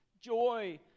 Joy